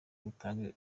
dutanga